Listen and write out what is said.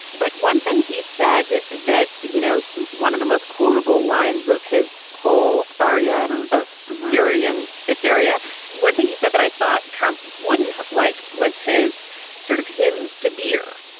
but one thing he said that you know one of the most quotable lines of his whole ah area of fury and hysteria one thing he said that i thought trump wouldn't have liked was his sort of hymns to beer.